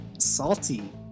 salty